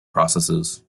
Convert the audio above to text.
processes